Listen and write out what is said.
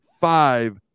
five